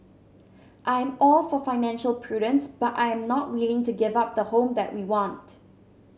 I'm all for financial prudence but I am not willing to give up the home that we want